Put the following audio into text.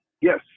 Yes